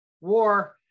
war